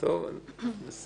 אנחנו בשלוש צריכים לסיים.